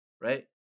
right